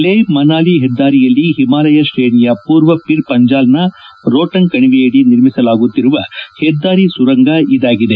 ಲೇಷ್ ಮನಾಲಿ ಹೆದ್ದಾರಿಯಲ್ಲಿ ಹಿಮಾಲಯ ಶ್ರೇಣಿಯ ಪೂರ್ವ ಪಿರ್ ಪಂಜಾಲ್ನ ರೋಟಂಗ್ ಕಣಿವೆಯಡಿ ನಿರ್ಮಿಸಲಾಗುತ್ತಿರುವ ಹೆದ್ದಾರಿ ಸುರಂಗ ಇದಾಗಿದೆ